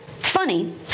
funny